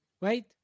wait